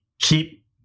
keep